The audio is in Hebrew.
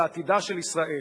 בעתידה של ישראל.